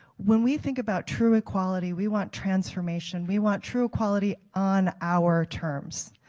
when we think about true equality we want transformation, we want true equality on our terms.